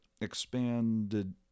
expanded